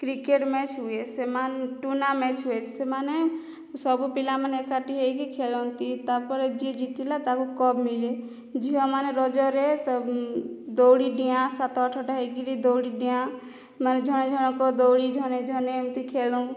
cricket match ହୁଏ ସେମାନ ଟୁର୍ଣା ମେଚ ହୁଏ ସେମାନେ ସବୁ ପିଲାମାନେ ଏକାଠି ହୋଇକି ଖେଳନ୍ତି ତା ପରେ ଯିଏ ଜିତିଲା ତାକୁ କପ୍ ମିଳେ ଝିଅମାନେ ରଜରେ ଦଉଡ଼ି ଡିଆଁ ସାତ ଆଠଟା ହୋଇକିରି ଦଉଡ଼ି ଡିଆଁମାନେ ଝଣ ଝଣଙ୍କ ଦୌଡ଼ି ଝଣେ ଝଣେ ଏମିତି ଖେଳୁଁ